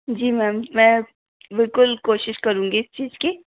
जी ma'am मैं बिल्कुल कोशिस करूँगी इस चीज़ की